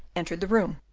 entered the room.